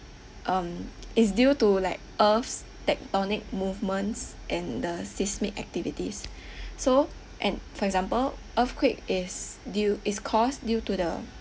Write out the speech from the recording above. um it's due to like earth's tectonic movements and the seismic activities so and for example earthquake is due is caused due to the